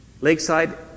Lakeside